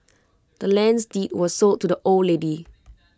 the land's deed was sold to the old lady